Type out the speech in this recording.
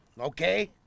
Okay